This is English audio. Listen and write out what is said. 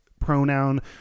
pronoun